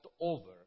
over